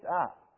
up